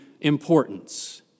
importance